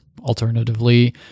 alternatively